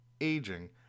aging